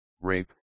rape